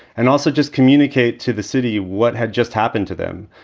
and also just communicate to the city what had just happened to them,